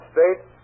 States